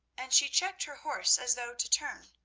and she checked her horse as though to turn.